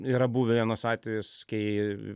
yra buvę vienas atvejis kai